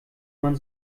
man